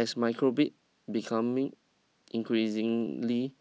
as micro becoming increasingly